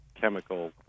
chemical